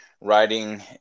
writing